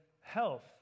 health